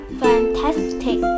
fantastic